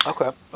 Okay